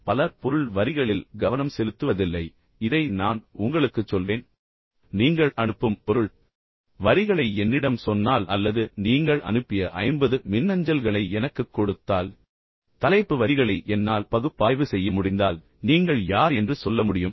இப்போது பலர் பொருள் வரிகளில் கவனம் செலுத்துவதில்லை இதை நான் உங்களுக்குச் சொல்வேன் நீங்கள் அனுப்பும் பொருள் வரிகளை என்னிடம் சொன்னால் அல்லது நீங்கள் அனுப்பிய 50 மின்னஞ்சல்களை எனக்குக் கொடுத்தால் தலைப்பு வரிகளை என்னால் பகுப்பாய்வு செய்ய முடிந்தால் நீங்கள் யார் என்று என்னால் சொல்ல முடியும்